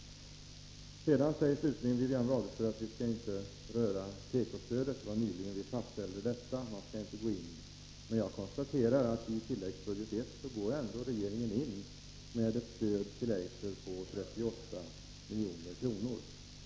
Slutligen säger Wivi-Anne Radesjö att vi inte skall röra tekostödet, eftersom vi nyligen fastställde detta. Men i tilläggsbudget I går ändå regeringen in med ett stöd till Eiser på 38 milj.kr.